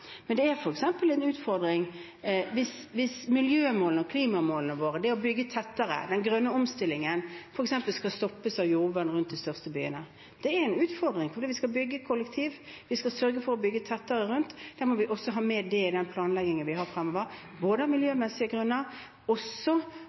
Men det er f.eks. en utfordring hvis miljømålene og klimamålene våre – f.eks. det å bygge tettere, den grønne omstillingen – skal stoppes av jordvern rundt de største byene. Det er en utfordring, for vi skal bygge kollektivtransport, vi skal sørge for å bygge tettere. Da må vi også ha med det i den planleggingen vi har fremover, både av miljømessige grunner